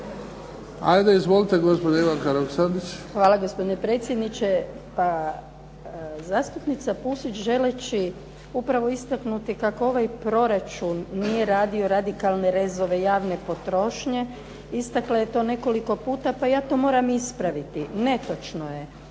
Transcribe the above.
Hvala gospodine predsjedniče.